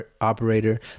operator